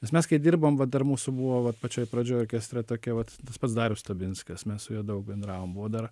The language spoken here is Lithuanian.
nes mes kai dirbom va dar mūsų buvo vat pačioj pradžioj orkestre tokia vat tas pats darius stabinskas mes su juo daug bendravom buvo dar